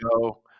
Go